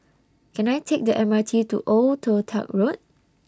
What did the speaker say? Can I Take The M R T to Old Toh Tuck Road